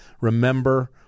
Remember